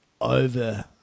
over